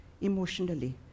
emotionally